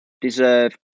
deserve